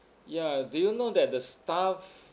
ya do you know that the staff